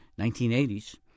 1980s